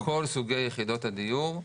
מבחינתנו כל סוגי יחידות הדיור,